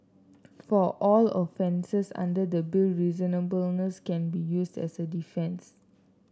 for all offences under the Bill reasonableness can be used as a defence